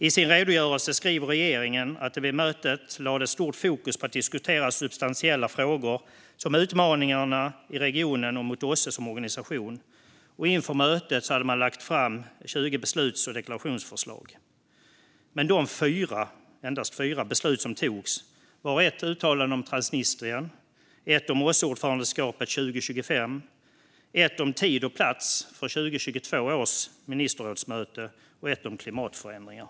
I sin redogörelse skriver regeringen att det vid mötet lades stort fokus på att diskutera substantiella frågor som utmaningarna i regionen och för OSSE som organisation, och inför mötet hade man lagt fram 20 besluts och deklarationsförslag. Men av de endast fyra beslut som togs var det ett som berörde ett uttalande om Transnistrien, ett som berörde OSSE-ordförandeskapet 2025, ett som berörde tid och plats för 2022 års ministerrådsmöte och ett som berörde klimatförändringar.